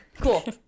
Cool